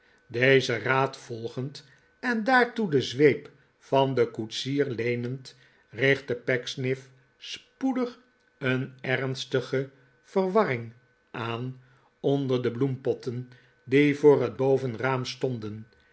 dezen raad volgend en daartoe de zweep van den koetsier leenend richtte pecksniff spoedig een ernstige verwarring aan onder de bloempotten die voor het bovenraam stonden